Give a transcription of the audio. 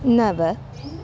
नव